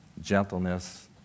gentleness